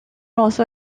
also